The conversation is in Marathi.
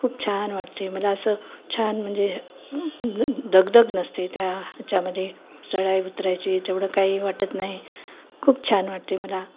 खूप छान वाटते मला असं छान म्हणजे दगदग नसते त्या ह्याच्यामध्ये चढा उतरायची तेवढं काही वाटत नाही खूप छान वाटते मला